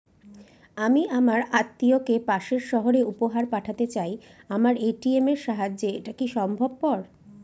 আমি আমার আত্মিয়কে পাশের সহরে উপহার পাঠাতে চাই আমার এ.টি.এম এর সাহায্যে এটাকি সম্ভবপর?